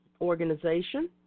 organization